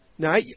Now